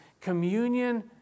communion